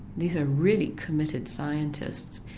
these are really committed scientists,